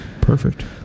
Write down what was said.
Perfect